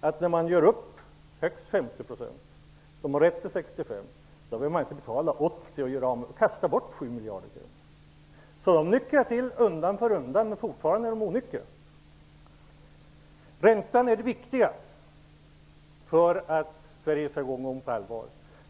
att när det görs upp om högst 50 %-- man har rätt till 65 -- finns ingen vilja att betala 80 och kasta bort 7 miljarder kronor. Socialdemokraterna nyktrar således till undan för undan, men fortfarande är de onyktra. Räntan är det viktiga för att Sverige på allvar skall komma i gång.